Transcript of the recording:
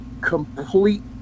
complete